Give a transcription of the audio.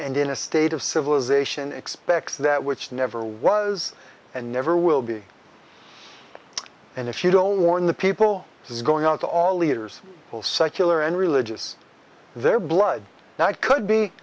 and in a state of civilization expects that which never was and never will be and if you don't warn the people this is going on to all leaders all secular and religious their blood now it could be